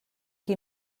qui